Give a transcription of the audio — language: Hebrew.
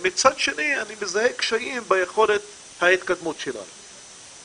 מצד שני אני מזהה קשיים ביכולת ההתקדמות שלנו.